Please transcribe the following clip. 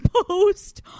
post